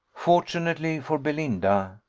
fortunately for belinda,